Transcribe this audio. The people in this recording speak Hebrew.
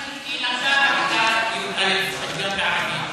היא למדה בכיתה י"א פתגם בערבית,